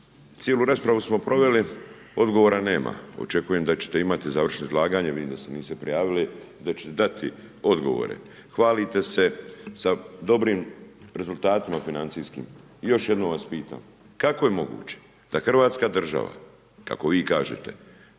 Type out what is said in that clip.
cijelu raspravu smo proveli odgovora nema. Očekujem da ćete imati završno izlaganje, vidim da se niste prijavili, da ćete dati odgovore, hvalite se sa dobrim rezultatima financijskim još jednom vas pitam, kako je moguće da hrvatska država kako vi kažete